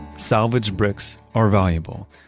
salvaged bricks are valuable,